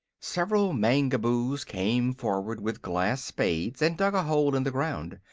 several mangaboos came forward with glass spades and dug a hole in the ground.